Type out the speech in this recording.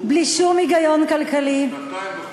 בלי שום היגיון כלכלי, שנתיים וחודש.